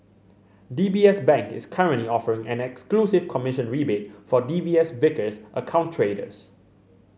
D B S Bank is currently offering an exclusive commission rebate for D B S Vickers account traders